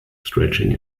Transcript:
stretching